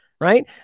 Right